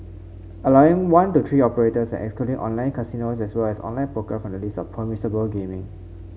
allowing one to three operators and excluding online casinos as well as online poker from the list of permissible gaming